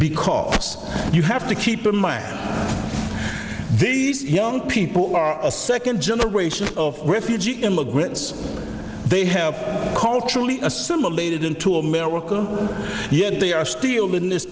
because you have to keep in mind these young people are a second generation of refugee immigrants they have culturally assimilated into america yet they are still in this